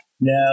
No